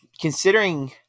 considering